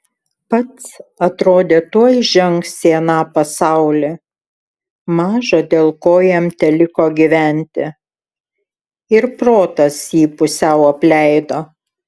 pats atrodė tuoj žengs į aną pasaulį maža dėl ko jam teliko gyventi ir protas jį pusiau apleido